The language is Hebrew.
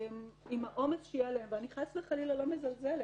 עם העומס שיהיה עליהם, ואני חס וחלילה לא מזלזלת,